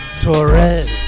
Torres